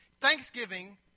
Thanksgiving